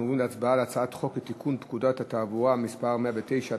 אנחנו עוברים להצבעה על הצעת חוק לתיקון פקודת התעבורה (מס' 109),